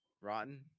Rotten